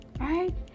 right